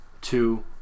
two